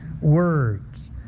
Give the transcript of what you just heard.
words